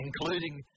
including